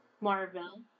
Marvel